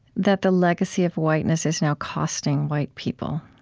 that the legacy of whiteness is now costing white people